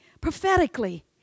prophetically